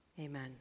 amen